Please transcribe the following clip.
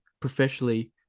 Professionally